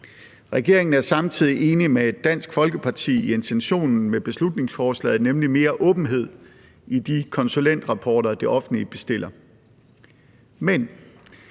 Regeringen er samtidig enig med Dansk Folkeparti i intentionen med beslutningsforslaget, nemlig mere åbenhed i de konsulentrapporter, som det offentlige bestiller. Men